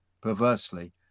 perversely